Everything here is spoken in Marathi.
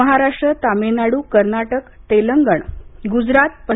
महाराष्ट्र तामिळनाडू कर्नाटक तेलंगण गुजरात प